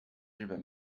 日本